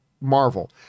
Marvel